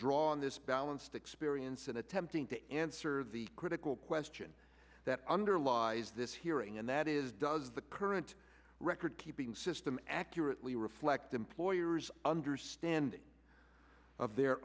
draw on this balanced experience in attempting to answer the critical question that underlies this hearing and that is does the current record keeping sister accurately reflect employers understanding of their